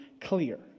clear